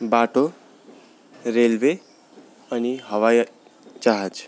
बाटो रेलवे अनि हवाइ जहाज